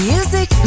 Music